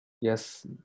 Yes